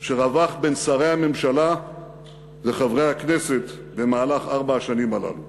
שרווחו בין שרי הממשלה וחברי הכנסת במהלך ארבע השנים הללו.